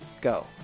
Go